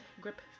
grip